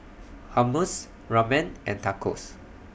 Hummus Ramen and Tacos